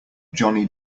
johnny